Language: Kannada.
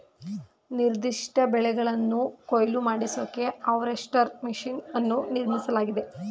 ನಿರ್ದಿಷ್ಟ ಬೆಳೆಗಳನ್ನು ಕೊಯ್ಲು ಮಾಡಿಸೋಕೆ ಹಾರ್ವೆಸ್ಟರ್ ಮೆಷಿನ್ ಅನ್ನು ನಿರ್ಮಿಸಲಾಗಿದೆ